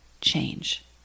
change